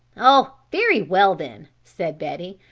oh, very well then, said betty,